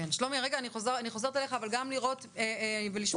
שלומי אני חוזרת אליך אבל גם לראות ולשמוע